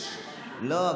לא,